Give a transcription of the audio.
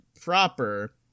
proper